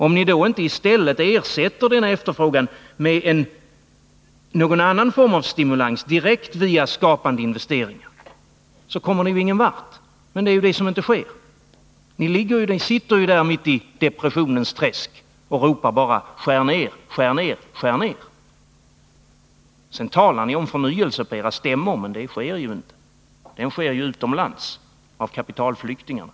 Om ni då inte ersätter denna efterfrågan med någon form av stimulans, direkt via skapande investeringar, så kommer ni ingen vart. Men det är ju det som inte sker. Ni sitter där mitt i depressionens träsk och ropar bara: Skär ned, skär ned, skär ned! Sedan talar ni om förnyelse på era stämmor, men den förnyelsen sker ju utomlands med hjälp av kapitalflyktingarna.